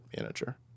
manager